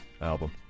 album